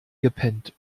gepennt